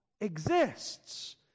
exists